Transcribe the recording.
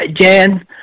Jan